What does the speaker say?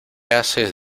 haces